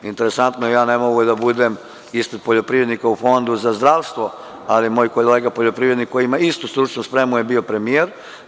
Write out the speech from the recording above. Interesantno, ja ne mogu da budem ispred poljoprivrednika u Fondu za zdravstvo, ali je moj kolega poljoprivrednik koji ima istu stručnu spremu je bio premijer.